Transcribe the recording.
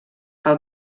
pel